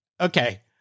Okay